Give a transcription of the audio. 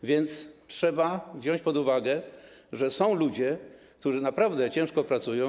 A więc trzeba wziąć pod uwagę, że są ludzie, którzy naprawdę ciężko pracują.